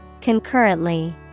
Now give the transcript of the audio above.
Concurrently